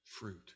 fruit